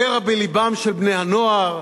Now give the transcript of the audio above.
קרע בלבם של בני-הנוער,